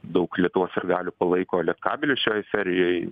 daug lietuvos sirgalių palaiko lietkabelį šioj serijoj